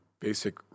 basic